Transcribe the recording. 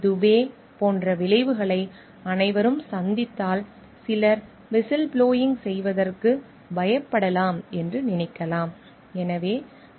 துபே போன்ற விளைவுகளை அனைவரும் சந்தித்தால் சிலர் விசில்ப்ளோயிங் செய்வதற்கு பயப்படலாம் என்று நினைக்கலாம்